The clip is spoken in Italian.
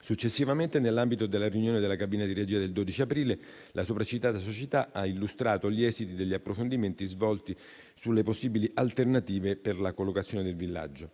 Successivamente, nell'ambito della riunione della cabina di regia del 12 aprile, la sopra citata società ha illustrato gli esiti degli approfondimenti svolti sulle possibili alternative per la collocazione del villaggio.